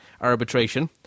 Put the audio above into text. arbitration